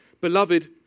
Beloved